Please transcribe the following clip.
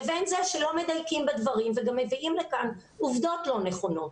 לבין זה שלא מדייקים בדברים וגם מביאים לכאן עובדות לא נכונות.